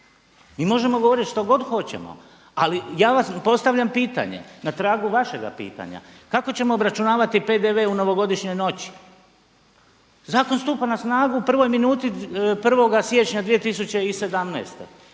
Mi možemo govoriti što god hoćemo, ali ja postavljam pitanje na tragu vašega pitanja kako ćemo obračunavati PDV u novogodišnjoj noći. Zakon stupa na snagu u prvoj minuti 1. siječnja 2017.